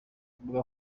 imbuga